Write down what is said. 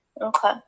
Okay